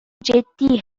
جدی